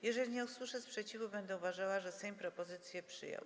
Jeżeli nie usłyszę sprzeciwu, będę uważała, że Sejm propozycję przyjął.